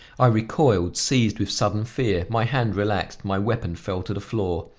i recoiled, seized with sudden fear my hand relaxed, my weapon fell to the floor.